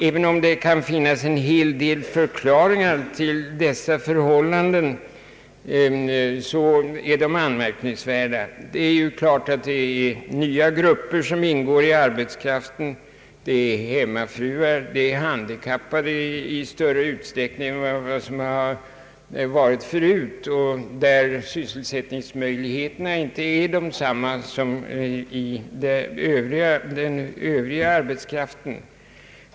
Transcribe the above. Även om det kan finnas en hel del förklaringar till dessa förhållanden är de anmärkningsvärda. Det är klart att nya grupper ingår i arbetskraften: det är hemmafruar, det är handikappade i större utsträckning än tidigare — och för dem är sysselsättningsmöjligheterna inte desamma som för den övriga arbetskraften.